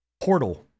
Portal